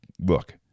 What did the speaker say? look